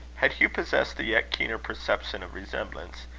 had hugh possessed a yet keener perception of resemblance,